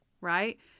right